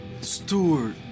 Stewart